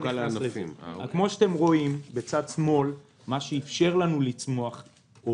כמו שאתם רואים בצד שמאל מה שאפשר לנו לצמוח או